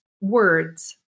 words